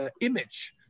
image